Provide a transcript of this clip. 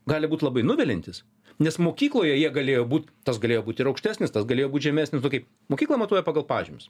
gali būti labai nuviliantis nes mokykloje jie galėjo būt tas galėjo būt ir aukštesnis tas galėjo būti žemesnis nu kaip mokykla matuoja pagal pažymius